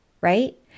right